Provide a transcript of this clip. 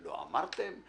לא אמרתם?